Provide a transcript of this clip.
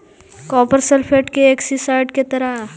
copper sulphate के algicide के तरह उपयोग होवऽ हई